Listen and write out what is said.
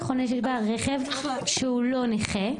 וחונה שם רכב שהוא ללא תו נכה,